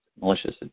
malicious